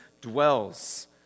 dwells